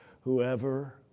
Whoever